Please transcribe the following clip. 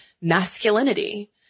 masculinity